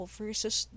versus